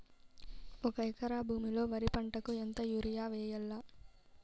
ఒక ఎకరా భూమిలో వరి పంటకు ఎంత యూరియ వేయల్లా?